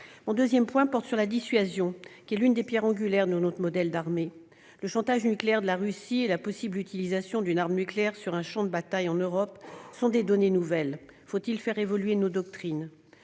Mon deuxième point porte sur la dissuasion, qui est l'une des pierres angulaires de notre modèle d'armée. Le chantage nucléaire de la Russie et la possible utilisation d'une arme nucléaire sur un champ de bataille en Europe sont des données nouvelles. Faut-il faire évoluer nos doctrines ?